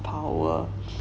power